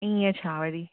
इय छा वरी